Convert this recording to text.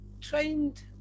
trained